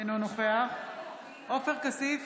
אינו נוכח עופר כסיף,